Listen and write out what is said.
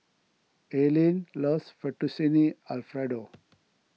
Alene loves Fettuccine Alfredo